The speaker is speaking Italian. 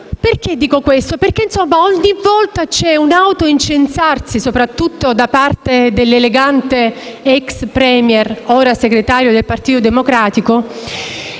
Perché dico questo? Perché, ogni volta, c'è un autoincensarsi, soprattutto da parte dell'elegante ex *Premier,* ora segretario del Partito Democratico,